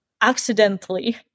accidentally